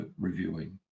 reviewing